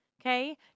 Okay